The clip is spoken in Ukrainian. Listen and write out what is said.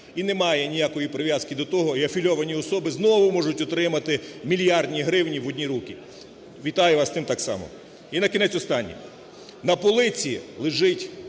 і немає ніякої прив'язки до того і афілійовані особи знову можуть отримати мільярди гривен в одні руки. Вітаю вас з тим так само. Інакінець останнє. На полиці лежить